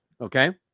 okay